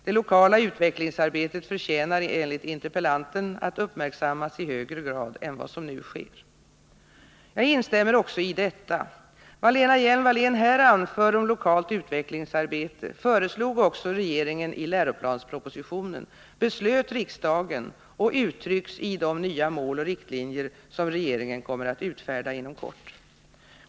Det lokala utvecklingsarbetet förtjänar enligt interpellanten att uppmärksammas i högre grad än vad som nu sker, Jag instämmer också i detta, Vad Lena Hjelm-Wallén här anför om lokalt utvecklingsarbete föreslog också regeringen i läroplanspropositionen, beslöt riksdagen och uttrycks i de nya mål och riktlinjer som regeringen kommer att utfärda inom kort.